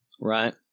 Right